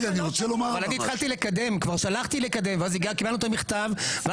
אני רוצה לומר לך משהו.